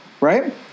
right